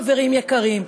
חברים יקרים,